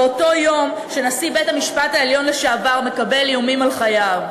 באותו יום שנשיא בית-המשפט העליון לשעבר מקבל איומים על חייו,